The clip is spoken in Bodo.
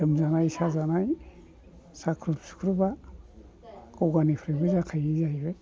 लोमजानाय साजानाय साख्रुब सुख्रुबा गगा निफ्राय जाखायो जाहैबाय